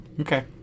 okay